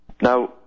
Now